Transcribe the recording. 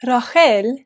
Rachel